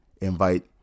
Invite